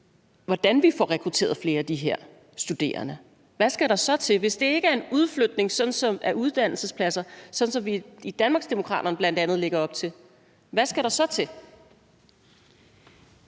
hvordan vi får rekrutteret flere af de her studerende: Hvad skal der så til? Hvis det ikke er en udflytning af uddannelsespladser, sådan som vi i Danmarksdemokraterne bl.a. lægger op til, hvad skal der så til?